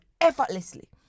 effortlessly